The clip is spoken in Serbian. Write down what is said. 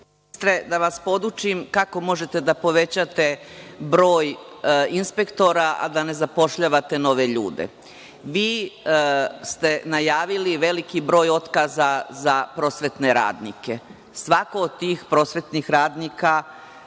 da vas podučim kako možete da povećate broj inspektora a da ne zapošljavate nove ljude. Vi ste najavili veliki broj otkaza za prosvetne radnike. Svako od tih prosvetnih radnika